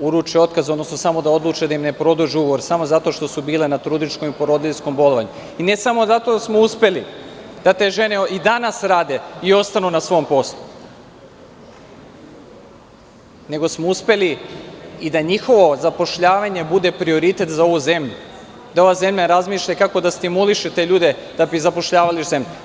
uruče otkaz, odnosno da odluče da im ne produže ugovor, samo zato što su bile na trudničkom i porodiljskom bolovanju, ne samo da smo uspeli da te žene i danas rade i ostanu na svom poslu, nego smo uspeli i da njihovo zapošljavanje bude prioritet za ovu zemlju, da ova zemlja razmišlja kako da stimuliše te ljude da bi zapošljavali u zemlji.